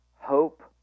hope